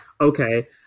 okay